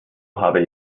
habe